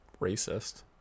racist